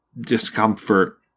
Discomfort